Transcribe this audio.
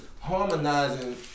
harmonizing